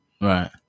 Right